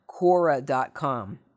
Quora.com